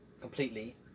Completely